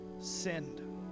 sinned